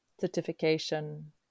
certification